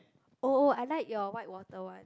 oh oh I like your white water one